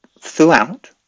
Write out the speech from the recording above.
throughout